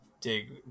dig